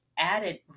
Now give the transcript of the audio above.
added